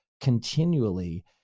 Continually